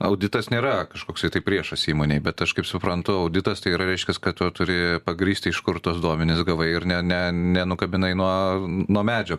auditas nėra kažkoksai tai priešas įmonei bet aš kaip suprantu auditas tai yra reiškias kad tu turi pagrįsti iš kur tuos duomenis gavai ir ne ne nenukabinai nuo nuo medžio